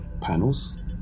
panels